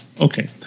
okay